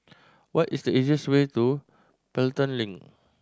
what is the easiest way to Pelton Link